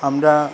আমরা